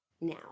now